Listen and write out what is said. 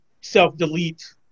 self-delete